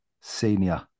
senior